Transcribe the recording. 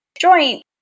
joint